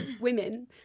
women